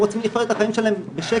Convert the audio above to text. הם רוצים לחיות את החיים שלהם בשקט,